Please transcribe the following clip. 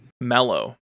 Mellow